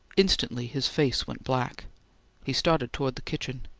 instantly his face went black he started toward the kitchen.